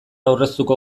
aurreztuko